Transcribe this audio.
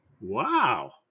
Wow